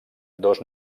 dos